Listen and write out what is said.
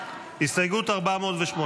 הסתייגות 408